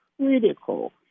critical